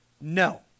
No